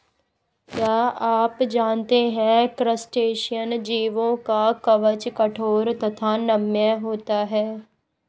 क्या आप जानते है क्रस्टेशियन जीवों का कवच कठोर तथा नम्य होता है?